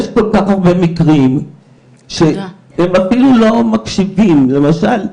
יש כל כך הרבה מקרים שהם אפילו לא מקשיבים, למשל,